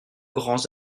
grands